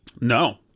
No